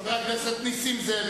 חבר הכנסת נסים זאב,